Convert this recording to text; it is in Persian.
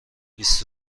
بیست